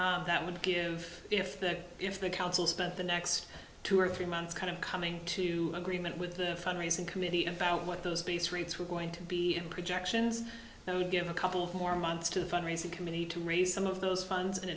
election that would give if that if the council spent the next two or three months kind of coming to agreement with the fund raising committee about what those piece rates were going to be and projections that would give a couple more months to the fund raising committee to raise some of those funds in